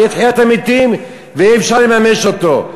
תהיה תחיית המתים ויהיה אפשר לממש אותו?